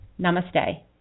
Namaste